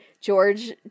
George